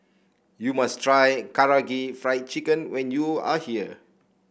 you must try Karaage Fried Chicken when you are here